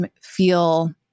feel